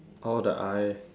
oh the I